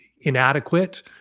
inadequate